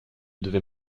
devait